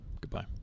Goodbye